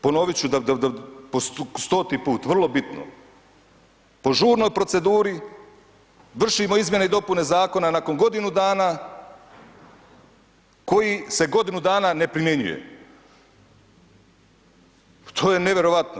Ponovit ću po stoti put vrlo bitno, po žurnoj proceduri vršimo izmjene i dopune zakona nakon godinu dana koji se godinu dana ne primjenjuje, to je nevjerojatno.